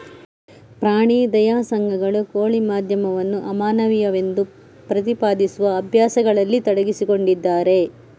ಪ್ರಾಣಿ ದಯಾ ಸಂಘಗಳು ಕೋಳಿ ಉದ್ಯಮವನ್ನು ಅಮಾನವೀಯವೆಂದು ಪ್ರತಿಪಾದಿಸುವ ಅಭ್ಯಾಸಗಳಲ್ಲಿ ತೊಡಗಿಸಿಕೊಂಡಿದ್ದಾರೆ